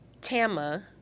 Tama